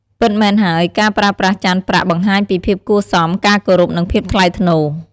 ពិតមែនហើយ ការប្រើប្រាស់ចានប្រាក់បង្ហាញពីភាពគួរសម ការគោរព និងភាពថ្លៃថ្នូរ។